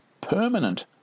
permanent